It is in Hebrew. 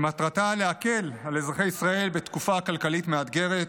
שמטרתה להקל על אזרחי ישראל בתקופה כלכלית מאתגרת: